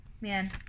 man